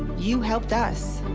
you helped us.